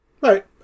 Right